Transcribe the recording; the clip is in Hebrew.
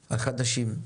החדשים?